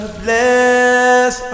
bless